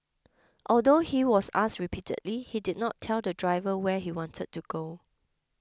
although he was asked repeatedly he did not tell the driver where he wanted to go